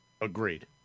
Agreed